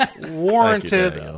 warranted